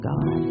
God